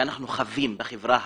שאנחנו חווים בחברה הערבית,